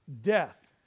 Death